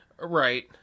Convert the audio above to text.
Right